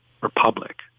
republic